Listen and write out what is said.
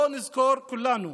בואו נזכור כולנו